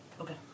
Okay